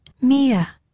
Mia